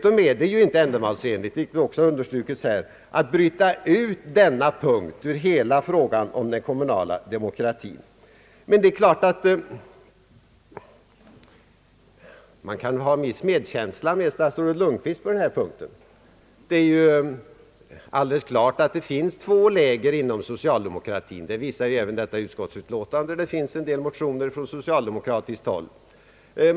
Vidare är det icke ändamålsenligt, vilket också understrukits här, att bryta ut denna punkt ur hela frågan om den kommunala demokratin. Det är dock klart att man kan ha en viss medkänsla med statsrådet Lundkvist på denna punkt. Här finns uppenbart två läger inom socialdemokratin. Det visar även detta utskottsutlåtande, i vilket behandlas en del motioner från socialdemokratiskt håll.